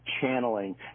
channeling